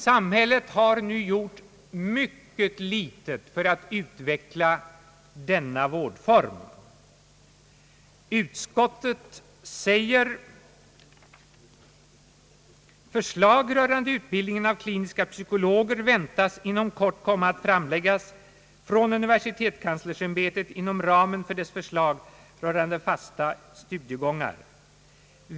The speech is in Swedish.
Samhället har nu gjort ytterst litet för att utveckla denna vårdform. Utskottet säger: »Förslag rörande utbildningen av kliniska psykologer väntas inom kort komma att framläggas från universitetskanslersämbetet inom ramen för dess förslag rörande fasta studiegångar.